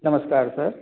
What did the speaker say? नमस्कार सर